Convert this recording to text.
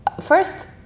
first